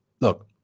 look